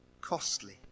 costly